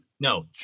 No